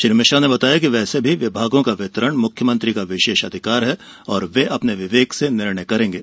श्री मिश्रा ने बताया कि वैसे भी विभागों का वितरण मुख्यमंत्री का विशेष अधिकार है और वे अपने विवेक से निर्णय करेंगे